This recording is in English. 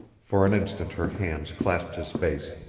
for an instant her hands clasped his face.